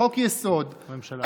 בחוק-יסוד,